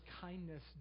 kindness